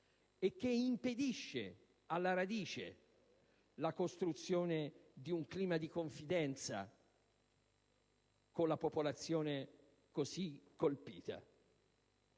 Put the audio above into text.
che impedisce alla radice la costruzione di un clima di confidenza con la popolazione così colpita.